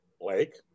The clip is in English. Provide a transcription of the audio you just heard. Blake